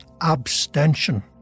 abstention